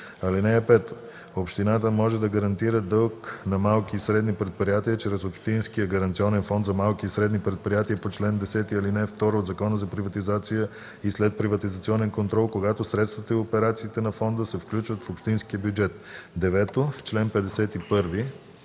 ал. 5: „(5) Общината може да гарантира дълг на малки и средни предприятия чрез общинския гаранционен фонд за малки и средни предприятия по чл. 10, ал. 2 от Закона за приватизация и следприватизационен контрол, когато средствата и операциите на фонда се включват в общинския бюджет.”. 9. В чл.